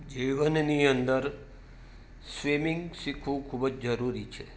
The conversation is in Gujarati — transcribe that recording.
જીવનની અંદર સ્વિમિંંગ શીખવું ખૂબ જ જરૂરી છે